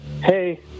hey